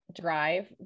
drive